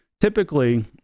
typically